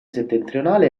settentrionale